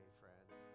friends